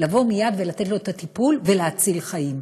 לבוא מייד ולתת לו את הטיפול ולהציל חיים.